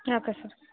okay sir